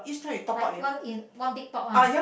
like one in one big pot one